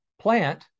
plant